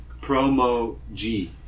Promo-G